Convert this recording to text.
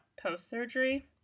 post-surgery